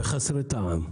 ודגים חסרי טעם.